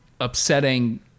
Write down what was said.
upsetting